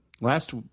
last